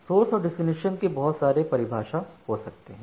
source और destination के बहुत सारे परिभाषा हो सकते हैं